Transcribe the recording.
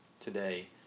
today